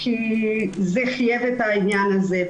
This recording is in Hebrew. כי זה חייב את העניין הזה.